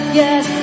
yes